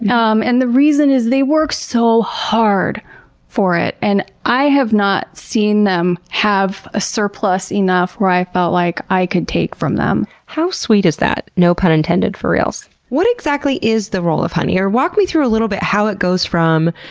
um and the reason is they work sooo so hard for it, and i have not seen them have a surplus enough where i felt like i could take from them. how sweet is that? no pun intended. for reals. what exactly is the roll of honey? walk me through a little bit, how it goes from,